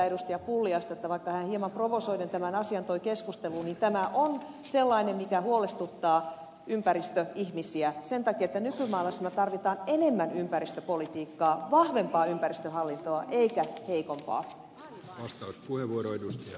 pulliaista että vaikka hän hieman provosoiden tämän asian toi keskusteluun niin tämä on sellainen asia mikä huolestuttaa ympäristöihmisiä sen takia että nykymaailmassa me tarvitsemme enemmän ympäristöpolitiikkaa vahvempaa ympäristöhallintoa eikä heikompaa